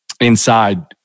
inside